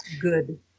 Good